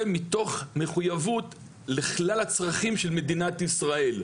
מתוך מחוייבות לכלל הצרכים של מדינת ישראל,